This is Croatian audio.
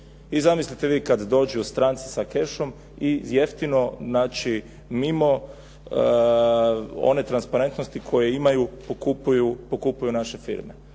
I zamislite vi kad dođu stranci sa kešom i jeftino, znači mimo one transparentnosti koje imaju pokupuju naše firme.